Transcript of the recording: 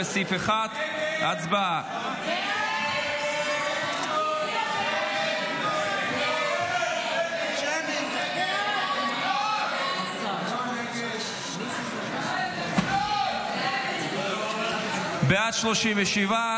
לסעיף 1. הצבעה.